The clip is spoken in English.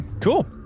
cool